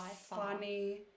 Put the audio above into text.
funny